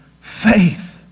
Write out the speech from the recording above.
faith